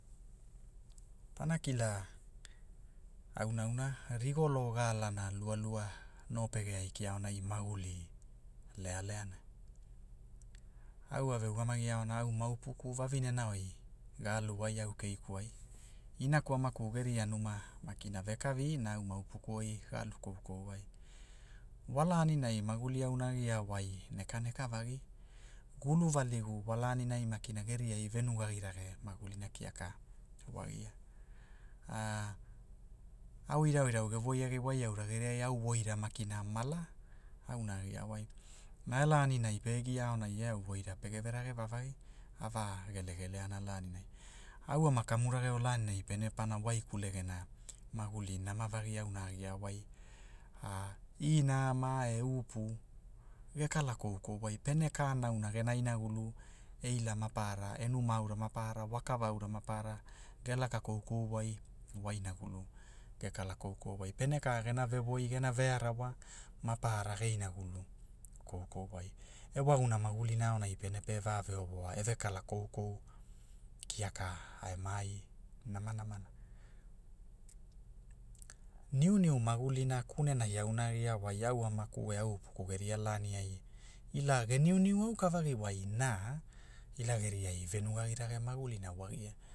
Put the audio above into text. Pana kila, aunaauna, rigolo gaalana lualua no pege aiki aonai maguli lealeana, au a ve ugamagi aona au ma upuku vavinena oi, ga alu wai au keiku ai, inaku amaku geria numa, makina vekavi na au upuku oi ga alu koukou wai. Wa laninai maguli auna a gia wai, neka neka vagi, gulu valigu wa laniani makina geriai ve nugagirage magulina kiaka, wagia, au irauirau ge woiagi wai aura geria au woira makina malaa, auna a gia wai, na e laninai pe gia aonai e au woira pege verage vavagi, ava gelegeleana laninai, au ama kamu rageo laninai pene pana waikule gena, maguli nama vagi auna a gia wai, ina ama e upu, ge kala koukou wai pene ka nauna gena inagulu, eila mapara e numa aura maparara wa kava aura maparara, ge laka koukou wai, wa inagulu, ge kala koukoua wai pene ka gena vevoi gena vearawa maparara ge inagulu, koukou wai, e magumuna magulina aonai pene pe va ve ovoa e ve kala koukou, kiaka, a e maai, namanamana. Niuniu magulina kunena auna a agia wai au amaku e au upuku geria lani ai, ila ge niuniu aukavagi wai na, ila geriai venugagirage magulina wagia